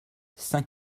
saint